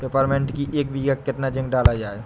Peppermint की एक बीघा कितना जिंक डाला जाए?